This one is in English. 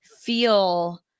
feel